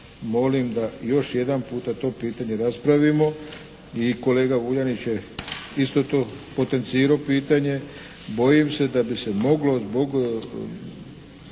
molim da još jedanputa to pitanje raspravimo i kolega Vuljanić je isto to potencirao pitanje. Bojim se da bi se moglo zbog